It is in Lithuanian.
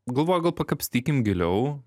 galvoju gal pakapstykim giliau